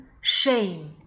shame